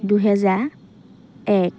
দুহেজাৰ এক